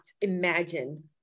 imagine